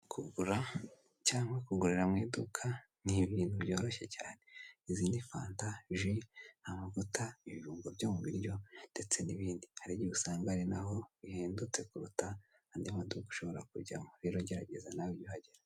Abantu batwara ibinyabiziga ni ngombwa kujya bakurikiza, ibyapa byashyizwe ku muhanda kuko birafasha cyane, ku muntu uzajya ubona iki ngiki ,rero kiri mu mabara y'umweru ndetse uruziga rw'umutuku, harimo umuntu uri kwambuka ,bigaragara ko hakurya hari igihe urahita ubona uturango tw'umweru turi mu muhanda ,uhite uhagarara igihe hari abantu bakeneye gutambuka.